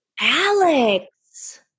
Alex